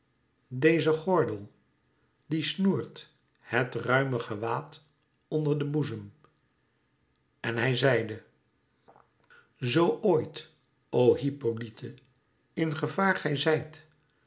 dezen gordel die snoert het ruime gewaad onder den boezem en hij zeide zoo ooit o hippolyte in gevaar gij zijt